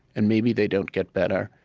and maybe they don't get better.